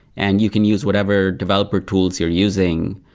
and you can use whatever developer tools you're using.